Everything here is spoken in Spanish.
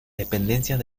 dependencias